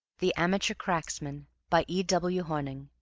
the amateur cracksman by e. w. hornung